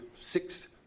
six